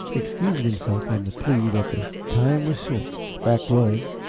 excusing himself on the plea that the time was short the fact was,